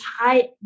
high